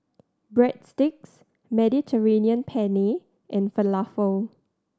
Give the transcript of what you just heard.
Breadsticks Mediterranean Penne and Falafel